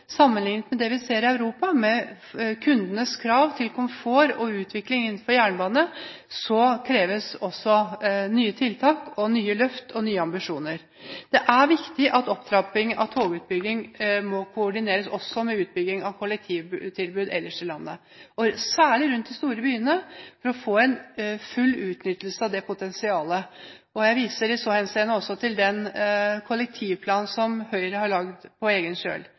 sammenlignet med det vi ser i Europa og kundenes krav til komfort og utvikling innenfor jernbane – nye tiltak, nye løft og nye ambisjoner. Det er viktig at togutbyggingen også må koordineres med utbygging av kollektivtilbud ellers i landet, særlig rundt de store byene, for å få en full utnyttelse av potensialet. Jeg viser i så henseende til den kollektivplanen som Høyre har laget på egen kjøl.